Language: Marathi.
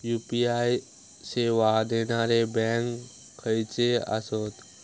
यू.पी.आय सेवा देणारे बँक खयचे आसत?